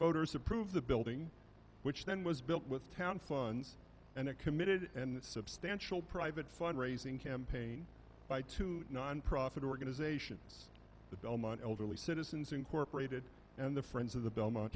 voters approve the building which then was built with town funds and a committed and substantial private fund raising campaign by two nonprofit organizations the bellman elderly citizens incorporated and the friends of the belmont